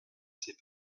ses